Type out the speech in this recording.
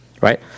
right